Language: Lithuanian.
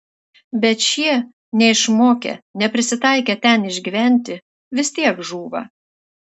bet šie neišmokę neprisitaikę ten išgyventi vis tiek žūva